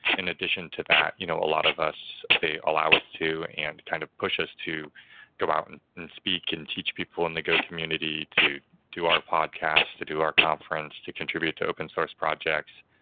in addition to that, you know a lot of us they allow us to and kind of push us to go out and and and speak and teach people in the go community to do our podcasts, to do our conference, to contribute to open source projects,